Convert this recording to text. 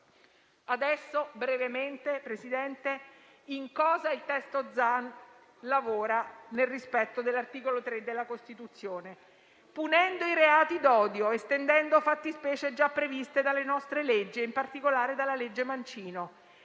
che cosa il testo Zan interviene, nel rispetto dell'articolo 3 della Costituzione. Esso punisce i reati d'odio, estendendo fattispecie già previste dalle nostre leggi, in particolare dalla legge Mancino.